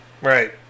Right